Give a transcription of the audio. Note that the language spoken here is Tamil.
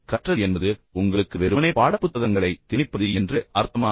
கற்றல் என்பது உங்களுக்கு வெறுமனே பாடப்புத்தகங்களை திணிப்பது என்று அர்த்தமா